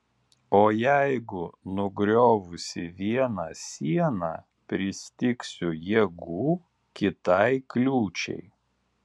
o jeigu nugriovusi vieną sieną pristigsiu jėgų kitai kliūčiai